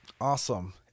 Awesome